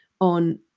on